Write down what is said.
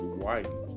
white